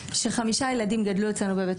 שחמישה ילדים מתוכה גדלו אצלינו בבית